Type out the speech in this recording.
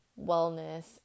wellness